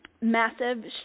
massive